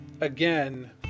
again